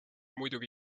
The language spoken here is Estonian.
muidugi